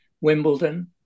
Wimbledon